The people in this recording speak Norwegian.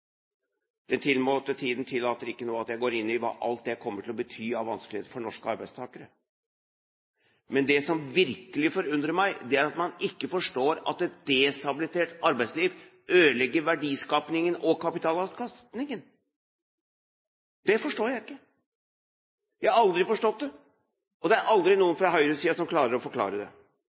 Den tilmålte tiden tillater ikke at jeg nå går inn i alt det dette kommer til å bety for norske arbeidstakere. Men det som virkelig forundrer meg, er at man ikke forstår at et destabilisert arbeidsliv ødelegger verdiskapningen og kapitalavkastningen. Det forstår jeg ikke. Jeg har aldri forstått det, og det er aldri noen fra høyresiden som klarer å forklare det.